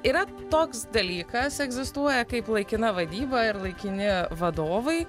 yra toks dalykas egzistuoja kaip laikina vadyba ir laikini vadovai